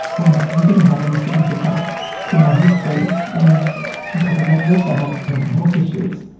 when he didn't have any significant criminal history, and on top of that he also had mental health issues.